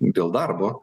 dėl darbo